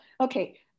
okay